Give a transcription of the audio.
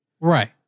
Right